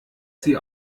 sie